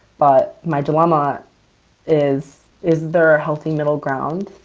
but my dilemma is, is there are healthy middle ground?